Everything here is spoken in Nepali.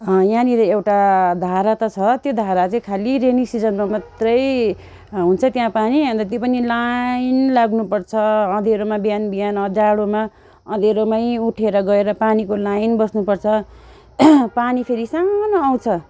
यहाँनिर एउटा धारा त छ त्यो धारा चाहिँ खालि रेनी सिजनमा मात्रै हुन्छ त्यहाँ पानी अन्त त्यो पनि लाइन लाग्नु पर्छ अध्यारोमा बिहान बिहान जाडोमा अध्यारोमै उठेर गएर पानीको लाइन बस्नु पर्छ पानी फेरि सानो आउँछ